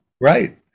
right